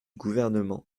gouvernement